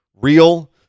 real